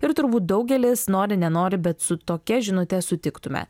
ir turbūt daugelis nori nenori bet su tokia žinute sutiktume